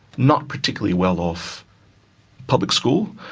not particularly well-off public school,